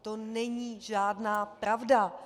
To není žádná pravda.